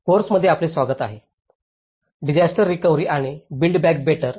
course मध्ये आपले स्वागत आहे डिसास्टर रिकव्हरी आणि बिल्ड बॅक बेटर